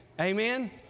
Amen